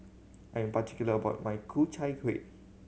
I'm particular about my Ku Chai Kueh